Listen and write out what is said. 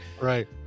Right